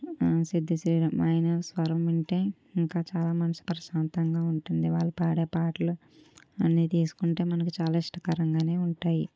ఆ సిద్ శ్రీరామ్ ఆయన స్వరం వింటే ఇంకా చాలా మనస్సు ప్రశాంతంగా ఉంటుంది వాళ్ళు పాడే పాటలు అన్ని తీసుకుంటే మనకు చాలా ఇష్టకరంగానే ఉంటాయి